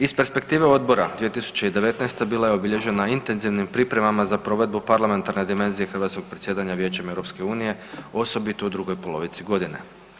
Iz perspektive odbora 2019. bila je obilježena intenzivnim pripremama za provedu parlamentarne dimenzije hrvatskog predsjedanja Vijećem EU osobito u drugoj polovici godine.